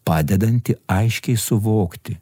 padedantį aiškiai suvokti